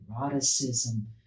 eroticism